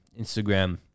Instagram